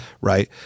Right